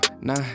nah